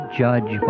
judge